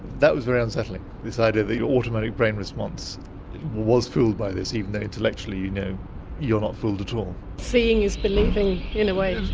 that was very unsettling that your automatic brain response was fooled by this, even though intellectually you know you're not fooled at all. seeing is believing, in a way.